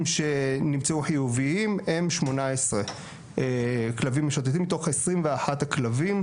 שנמצאו חיובים הם 18 כלבים משוטטים מתוך 21 הכלבים.